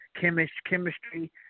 Chemistry